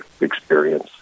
experience